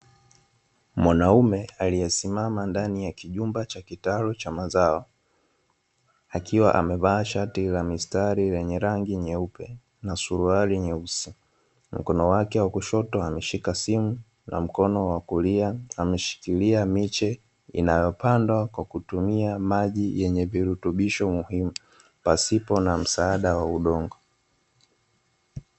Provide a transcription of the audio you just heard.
Mwanaume aliyesimama ndani ya kijumba cha kitalu cha mazao, akiwa amevaa shati la mistari lenye rangi nyeupe na suruali nyeusi, mkono wake wa kushoto ameshika simu na mkono wa kulia ameshikilia miche inayopandwa kwa kutumia maji yenye virutubisho muhimu, pasipo na msaada wa udongo.